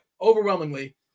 overwhelmingly